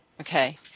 Okay